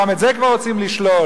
גם את זה כבר רוצים לשלול.